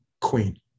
queen